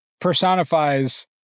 personifies